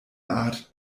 art